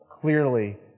clearly